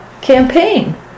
campaign